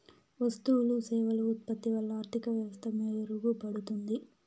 వస్తువులు సేవలు ఉత్పత్తి వల్ల ఆర్థిక వ్యవస్థ మెరుగుపడుతుంది